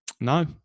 no